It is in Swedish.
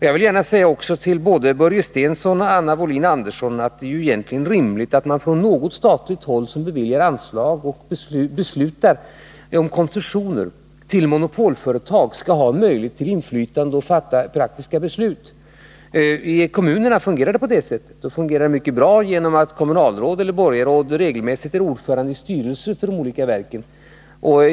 Jag vill gärna säga till både Börje Stensson och Anna Wohlin-Andersson att det egentligen är rimligt att man från något statligt håll, där man beviljar anslag och beslutar om koncessioner till monopolföretag, skall ha möjlighet till inflytande och kunna fatta praktiska beslut. I kommunerna fungerar det på det sättet, och det går mycket bra, genom att kommunalråd eller borgarråd regelmässigt är ordförande i styrelsen för de olika verken.